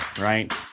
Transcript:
right